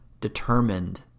determined